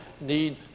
need